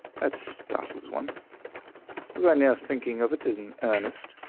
that startles one was i near thinking of it in earnest?